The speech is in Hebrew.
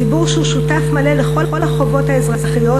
ציבור שהוא שותף מלא לכל החובות האזרחיות,